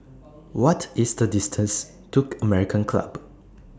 What IS The distance to American Club